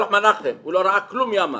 הוא לא ראה כלום מימיו.